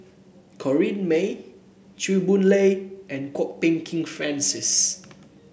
Corrinne May Chew Boon Lay and Kwok Peng Kin Francis